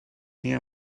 near